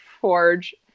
forge